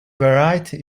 variety